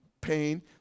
pain